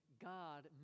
God